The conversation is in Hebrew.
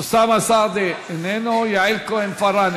אוסאמה סעדי, איננו, יעל כהן-פארן,